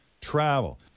travel